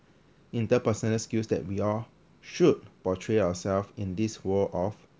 interpersonal skills that we all should portray ourself in this world of